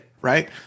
right